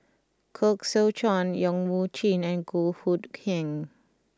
Koh Seow Chuan Yong Mun Chee and Goh Hood Keng